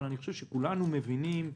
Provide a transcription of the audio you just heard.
אבל כולנו מבינים,